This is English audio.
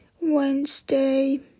Wednesday